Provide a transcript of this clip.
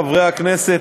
חברי הכנסת,